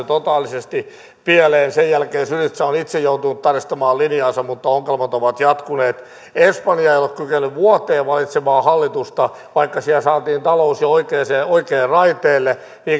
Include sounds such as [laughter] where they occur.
[unintelligible] totaalisesti pieleen sen jälkeen syriza on itse joutunut tarkistamaan linjaansa mutta ongelmat ovat jatkuneet espanja ei ole kyennyt vuoteen valitsemaan hallitusta vaikka siellä saatiin talous jo oikealle raiteelle